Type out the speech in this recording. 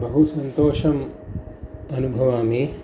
बहु सन्तोषम् अनुभवामि